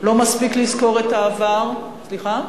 לא מספיק לזכור את העבר, לוט.